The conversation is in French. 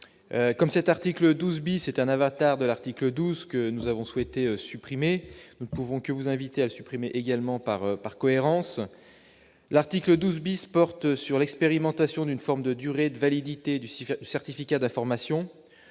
comme cet article 12 bis est un avatar de l'article 12 que nous avons souhaité supprimer, nous ne pouvons que vous inviter à supprimer également par par cohérence, l'article 12 bis porte sur l'expérimentation d'une forme de durée de validité du STIF certificat d'information